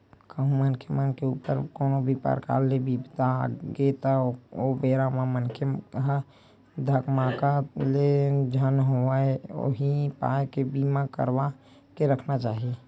कहूँ मनखे के ऊपर कोनो भी परकार ले बिपदा आगे त ओ बेरा म मनखे ह धकमाकत ले झन होवय उही पाय के बीमा करवा के रखना चाही